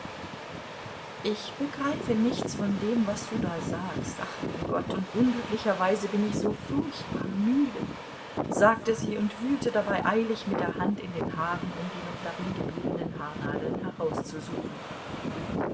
ich begreife nichts von dem was du da sagst ach mein gott und unglücklicherweise bin ich so furchtbar müde sagte sie und wühlte dabei eilig mit der hand in den haaren um die noch darin gebliebenen haarnadeln herauszusuchen